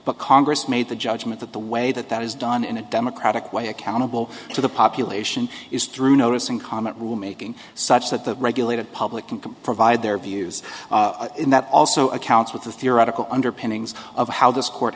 but congress made the judgment that the way that that is done in a democratic way accountable to the population is through notice and comment rule making such that the regulated public can compromise their views in that also accounts with the theoretical underpinnings of how this court